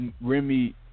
Remy